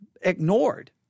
ignored